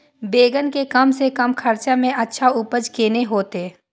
बेंगन के कम से कम खर्चा में अच्छा उपज केना होते?